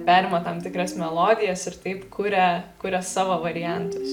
perima tam tikras melodijas ir taip kurią kuria savo variantus